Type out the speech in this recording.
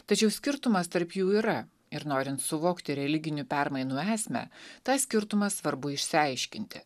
tačiau skirtumas tarp jų yra ir norint suvokti religinių permainų esmę tą skirtumą svarbu išsiaiškinti